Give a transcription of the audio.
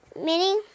Minnie